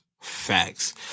Facts